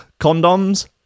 condoms